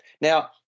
Now